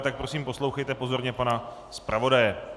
Tak prosím, poslouchejte pozorně pana zpravodaje.